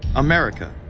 america,